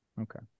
Okay